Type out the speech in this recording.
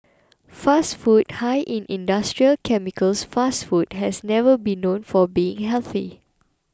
fast food high in industrial chemicals fast food has never been known for being healthy